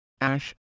ash